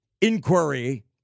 inquiry